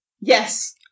Yes